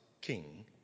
king